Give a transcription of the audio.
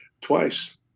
Twice